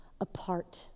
apart